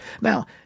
Now